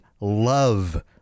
love